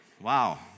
Wow